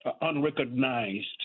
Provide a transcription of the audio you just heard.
unrecognized